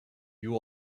you